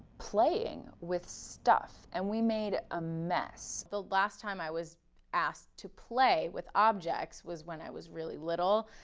playing with stuff and we made a mess. the last time i was asked to play with objects was when i was really little.